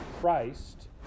Christ